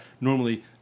normally